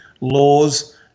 laws